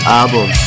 album